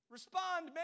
Respond